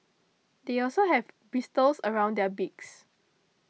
they also have bristles around their beaks